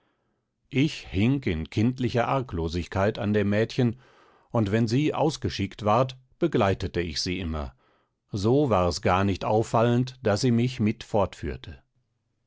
ich hing in kindlicher arglosigkeit an dem mädchen und wenn sie ausgeschickt ward begleitete ich sie immer so war es gar nicht auffallend daß sie mich mit